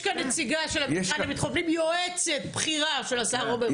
יש כאן יועצת בכירה של השר עמר בר לב,